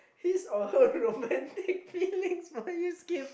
his or her romantic feelings for your escape